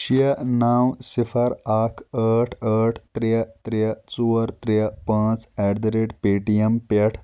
شےٚ نو صِفر اکھ ٲٹھ ٲٹھ ترٛےٚ ترٛےٚ ژور ترٛےٚ پانٛژھ at the rate Paytm پٮ۪ٹھ